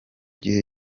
gihe